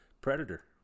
Predator